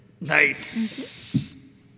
nice